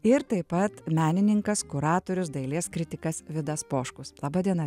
ir taip pat menininkas kuratorius dailės kritikas vidas poškus laba diena